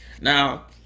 Now